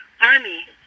ARMY